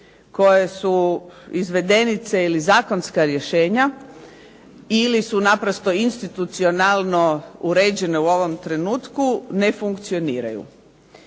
koje su izvedenice ili zakonska rješenja ili su naprosto institucionalno uređene u ovom trenutku, ne funkcioniraju.